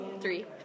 Three